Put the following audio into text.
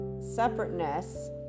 separateness